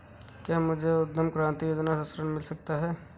क्या मुझे उद्यम क्रांति योजना से ऋण मिल सकता है?